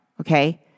Okay